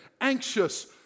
anxious